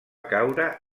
caure